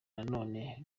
nanone